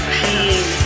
pain